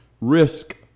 risk